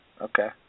Okay